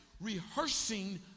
rehearsing